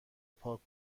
پاک